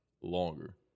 longer